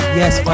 yes